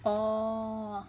oh